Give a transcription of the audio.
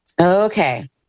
Okay